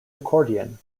accordion